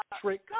trick